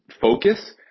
focus